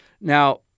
Now